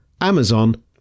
Amazon